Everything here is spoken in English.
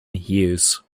use